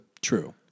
True